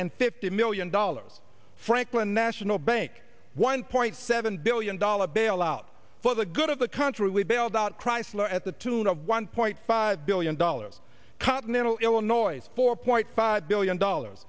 and fifty million dollars franklin national bank one point seven billion dollar bailout for the good of the country we bailed out chrysler at the tune of one point five billion dollars continental illinois four point five billion dollars